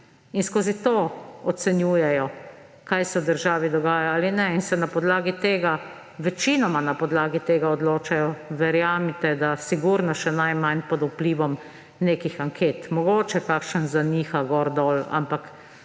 in skozi to ocenjujejo, kaj se v državi dogaja ali ne, in se večinoma na podlagi tega odločajo. Verjemite, da sigurno še najmanj pod vplivom nekih anket. Mogoče kakšen zaniha gor, dol, ampak